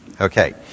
Okay